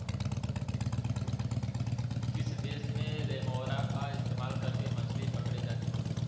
किस देश में रेमोरा का इस्तेमाल करके मछली पकड़ी जाती थी?